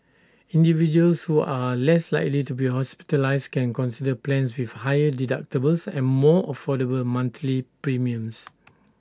individuals who are less likely to be hospitalised can consider plans with higher deductibles and more affordable monthly premiums